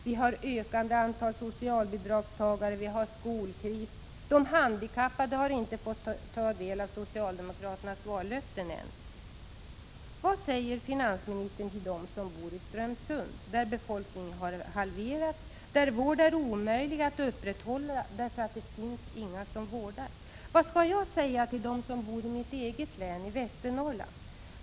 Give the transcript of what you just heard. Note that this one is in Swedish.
Vi har ett ökande antal socialbidragstagare. Vi har skolkris. De handikappade har ännu inte fått del av socialdemokraternas vallöften. Vad säger finansministern till dem som bor i Strömsund, där befolkningen har halverats och där vård är omöjlig att upprätthålla därför att det inte finns några som vårdar? Vad skall jag säga till dem som bor i mitt eget hemlän, Västernorrland?